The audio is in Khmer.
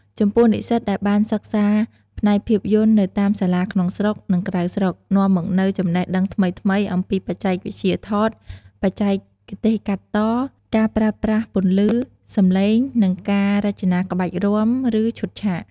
ចំពោះ និស្សិតដែលបានសិក្សាផ្នែកភាពយន្តនៅតាមសាលាក្នុងស្រុក និងក្រៅស្រុក នាំមកនូវចំណេះដឹងថ្មីៗអំពីបច្ចេកវិទ្យាថត បច្ចេកទេសកាត់ត ការប្រើប្រាស់ពន្លឺ សំឡេង និងការរចនាក្បាច់រាំ ឬឈុតឆាក។